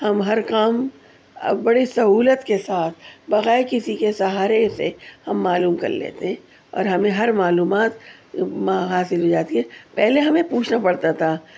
ہم ہر کام بڑی سہولت کے ساتھ بغیر کسی کے سہارے سے ہم معلوم کر لیتے ہیں اور ہمیں ہر معلومات حاصل ہو جاتی ہے پہلے ہمیں پوچھنا پڑتا تھا